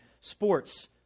sports